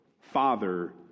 father